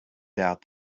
doubt